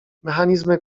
mechanizmy